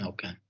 Okay